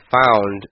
found